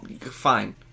Fine